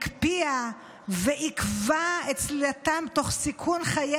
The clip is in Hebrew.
הקפיאה ועיכבה את סלילתם תוך סיכון חיי